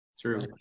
True